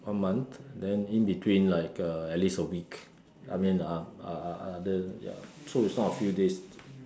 one month then in between like uh at least a week I mean uh other so is not a few days